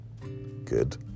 good